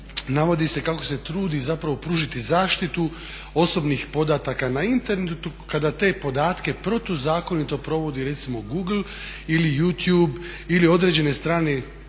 Navodi se kako se trudi zapravo pružiti zaštitu osobnih podataka na internetu kada te podatke protuzakonito provodi recimo Google ili Youtube ili određene strane